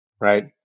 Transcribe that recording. right